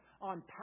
on